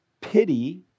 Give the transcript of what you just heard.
pity